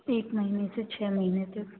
एक महीने से छः महीने तक